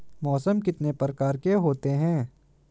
मौसम कितने प्रकार के होते हैं?